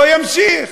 לא יימשך.